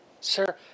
sir